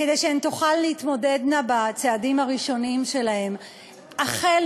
כדי שהן תוכלנה להתמודד בצעדים הראשונים שלהן, החל